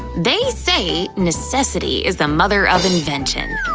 they say necessity is the mother of invention.